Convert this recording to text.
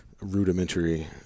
rudimentary